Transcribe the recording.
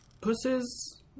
pusses